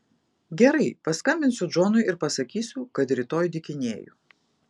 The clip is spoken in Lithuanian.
gerai paskambinsiu džonui ir pasakysiu kad rytoj dykinėju